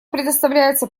предоставляется